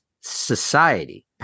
society